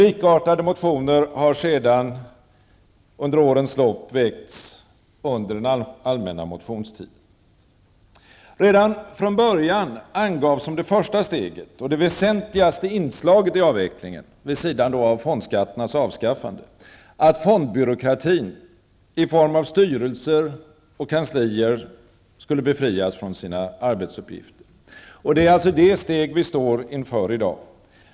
Likartade motioner har sedan under årens lopp väckts under den allmänna motionstiden. Redan från början angavs som det första steget och det väsentligaste inslaget i avvecklingen -- vid sidan av fondskatternas avskaffande -- att fondbyråkratin i form av styrelser och kanslier skulle befrias från sina arbetsuppgifter. Det är det steg vi står inför i dag.